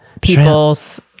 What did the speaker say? people's